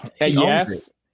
Yes